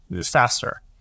faster